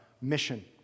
mission